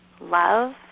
love